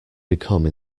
become